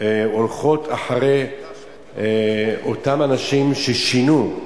הולכות אחרי אותם אנשים ששינו.